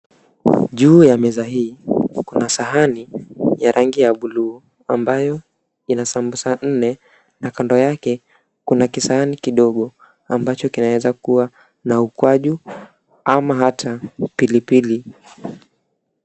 Juu ya meza hii kuna sahani ya rangi ya buluu ambayo ina sambusa nne na kando yake kuna kisahani kidogo ambacho kinaweza kuwa na ukwaju ama hata pilipili.